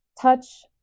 touch